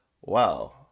Wow